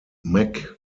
mccann